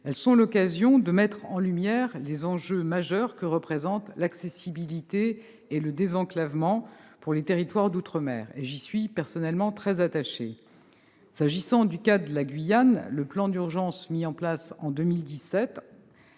Celles-ci sont l'occasion de mettre en lumière les enjeux majeurs que représentent l'accessibilité et le désenclavement pour les territoires d'outre-mer. Je suis personnellement très attachée à ces questions. En ce qui concerne la Guyane, le plan d'urgence mis en place en 2017